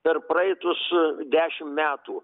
per praeitus dešim metų